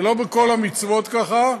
זה לא בכל המצוות ככה,